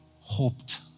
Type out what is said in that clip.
hoped